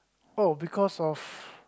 oh because of